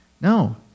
No